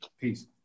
Peace